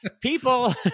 people